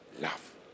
love